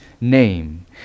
name